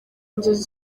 inzozi